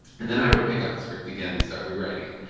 and then i would pick up the script again and start rewriting it.